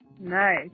Nice